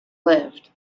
lived